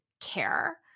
Care